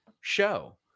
show